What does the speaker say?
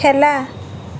খেলা